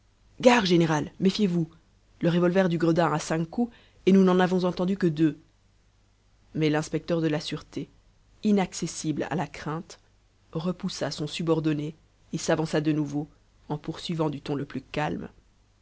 gare général méfiez-vous le revolver du gredin a cinq coups et nous n'en avons entendu que deux mais l'inspecteur de la sûreté inaccessible à la crainte repoussa son surbordonné et s'avança de nouveau en poursuivant du ton le plus calme